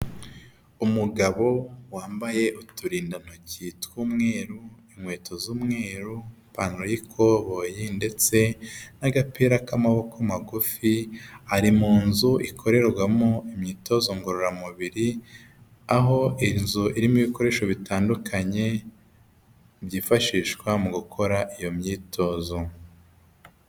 Umugabo wambaye uturindantoki tw'umweru, inkweto z'umweru, ipantaro y'ikoboyi ndetse n'agapira k'amaboko magufi, ari mu nzu ikorerwamo imyitozo ngororamubiri, aho inzu irimo ibikoresho bitandukanye byifashishwa mu gukora iyo myitozo.